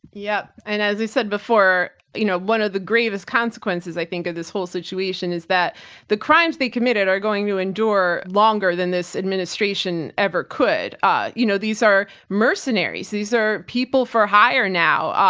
yep, and as you said before you know one of the greatest consequences i think of this whole situation is that the crimes they committed are going to endure longer than this administration ever could. you know, these are mercenaries. these are people for hire now,